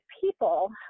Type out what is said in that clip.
people